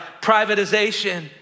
privatization